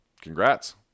Congrats